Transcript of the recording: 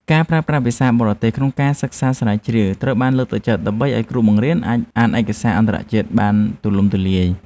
ការប្រើប្រាស់ភាសាបរទេសក្នុងការសិក្សាស្រាវជ្រាវត្រូវបានលើកទឹកចិត្តដើម្បីឱ្យគ្រូបង្រៀនអាចអានឯកសារអន្តរជាតិបានទូលំទូលាយ។